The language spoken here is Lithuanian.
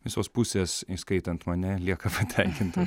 visos pusės įskaitant mane lieka patenkinto